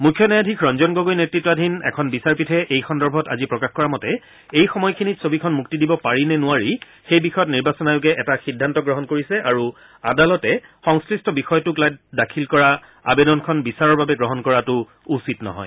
মুখ্য ন্যায়াধীশ ৰঞ্জন গগৈ নেত্ৰতাধীন এখন বিচাৰপীঠে এই সন্দৰ্ভত আজি প্ৰকাশ কৰা মতে এই সময়খিনিত ছবিখন মুক্তি দিব পাৰি নে নোৱাৰি সেই বিষয়ত নিৰ্বাচন আয়োগে এটা সিদ্ধান্ত গ্ৰহণ কৰিছে আৰু আদালতে সংশ্লিষ্ট বিষয়টোক লৈ দাখিল কৰা আৱেদনখন বিচাৰৰ বাবে গ্ৰহণ কৰাটো উচিত নহয়